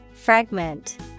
Fragment